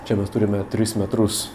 čia mes turime tris metrus